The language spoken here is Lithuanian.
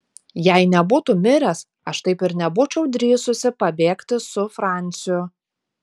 jei nebūtų miręs aš taip ir nebūčiau drįsusi pabėgti su franciu